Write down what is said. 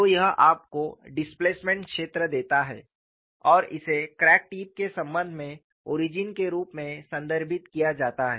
तो यह आपको डिस्प्लेसमेंट क्षेत्र देता है और इसे क्रैक टिप के संबंध में ओरिजिन के रूप में संदर्भित किया जाता है